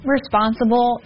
responsible